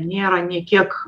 nėra nė kiek